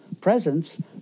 presence